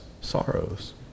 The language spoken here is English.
Sorrows